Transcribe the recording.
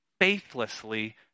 faithlessly